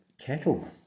Kettle